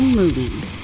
movies